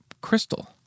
Crystal